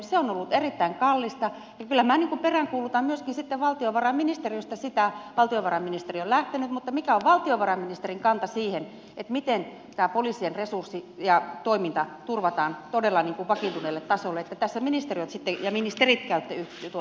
se on ollut erittäin kallista joten kyllä minä peräänkuulutan myöskin sitten valtiovarainministeriöstä sitä valtiovarainministeri on lähtenyt mikä on valtiovarainministerin kanta siihen miten tämä poliisien resurssi ja toiminta turvataan todella vakiintuneelle tasolle niin että tässä ministeriöt sitten ja ministerit käytte yhteiskeskustelua